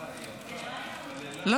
לעזור לנו בזה, לעזור.